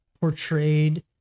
portrayed